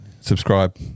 subscribe